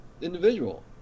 individual